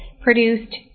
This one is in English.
produced